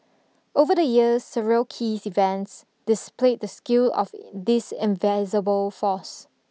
over the years several keys events displayed the skill of this invisible force